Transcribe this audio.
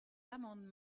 l’amendement